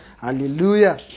Hallelujah